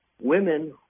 women